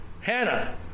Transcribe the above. Hannah